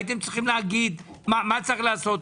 הייתם צריכים לומר מה עלינו לעשות.